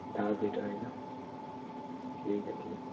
दहा सिटर आहे का ठीक आहे ठीक आहे